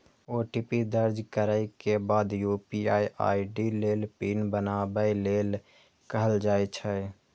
OTP दर्ज करै के बाद यू.पी.आई आई.डी लेल पिन बनाबै लेल कहल जाइ छै